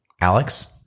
Alex